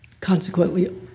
consequently